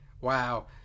Wow